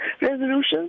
resolutions